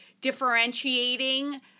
differentiating